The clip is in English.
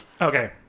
Okay